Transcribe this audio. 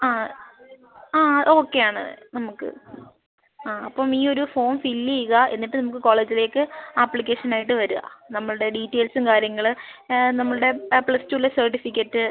ആ ആ ഓക്കെ ആണ് നമുക്ക് ആ അപ്പം ഈ ഒരു ഫോമ് ഫില്ല് ചെയ്യുക എന്നിട്ട് നമുക്ക് കോളേജിലേക്ക് ആപ്ലിക്കേഷൻ ആയിട്ട് വരിക നമ്മളുടെ ഡീറ്റെയിൽസും കാര്യങ്ങൾ നമ്മളുടെ പ്ലസ്ടുവിലെ സർട്ടിഫിക്കറ്റ്